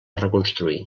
reconstruir